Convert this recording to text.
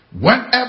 Whenever